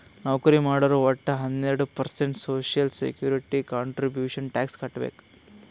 ನೌಕರಿ ಮಾಡೋರು ವಟ್ಟ ಹನ್ನೆರಡು percent social security contribution tax ಕಟ್ಬೇಕ್